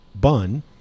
bun